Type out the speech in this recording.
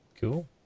Cool